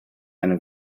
eine